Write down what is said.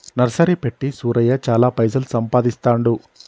nursery పెట్టి సూరయ్య చాల పైసలు సంపాదిస్తాండు